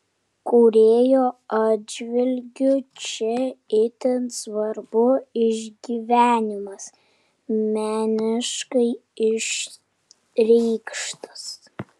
kūrėjo atžvilgiu čia itin svarbu išgyvenimas meniškai išreikštas